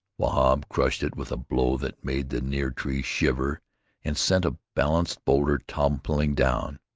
wahb crushed it with a blow that made the near trees shiver and sent a balanced boulder toppling down,